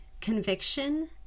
conviction